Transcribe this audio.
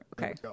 Okay